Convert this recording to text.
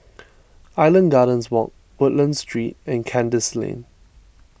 Island Gardens Walk Woodlands Street and Kandis Lane